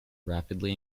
rapidly